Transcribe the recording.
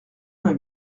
vingt